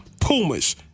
Pumas